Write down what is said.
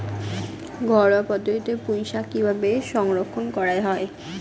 ঘরোয়া পদ্ধতিতে পুই শাক কিভাবে সংরক্ষণ করা হয়?